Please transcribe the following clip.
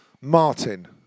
Martin